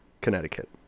Connecticut